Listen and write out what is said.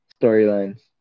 storylines